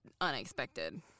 unexpected